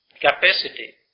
capacity